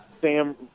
Sam